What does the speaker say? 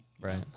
Right